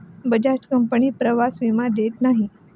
Bajaj company प्रवास विमा देत नाही